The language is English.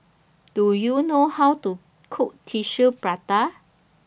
Do YOU know How to Cook Tissue Prata